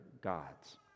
gods